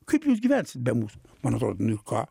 kaip jūs gyvensit be mūsų man atrodė nu ir ką